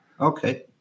Okay